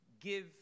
give